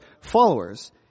followers